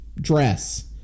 dress